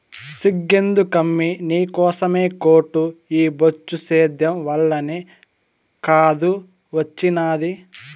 సిగ్గెందుకమ్మీ నీకోసమే కోటు ఈ బొచ్చు సేద్యం వల్లనే కాదూ ఒచ్చినాది